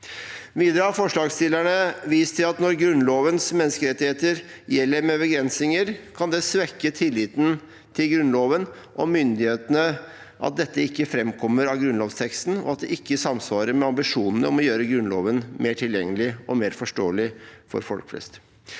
Videre har forslagsstillerne vist til at når Grunnlovens menneskerettigheter gjelder med begrensninger, kan det svekke tilliten til Grunnloven og myndighetene at dette ikke framkommer av grunnlovsteksten, og at det ikke samsvarer med ambisjonene om å gjøre Grunnloven mer tilgjengelig og mer forståelig for folk flest.